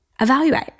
evaluate